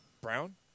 Brown